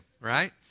Right